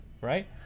right